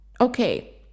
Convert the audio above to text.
Okay